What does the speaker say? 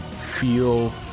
feel